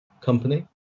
company